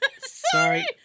sorry